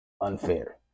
unfair